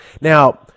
Now